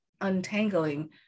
untangling